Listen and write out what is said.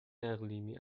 اقلیمی